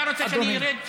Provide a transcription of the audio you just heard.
אתה רוצה שאני ארד?